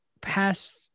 past